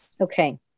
Okay